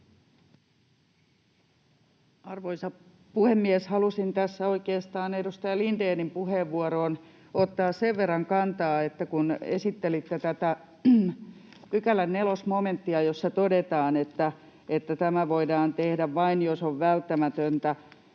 Arvoisa puhemies! Halusin tässä oikeastaan edustaja Lindénin puheenvuoroon ottaa sen verran kantaa, että kun esittelitte tätä pykälän nelosmomenttia, jossa todetaan, että tämä voidaan tehdä vain, jos on välttämätöntä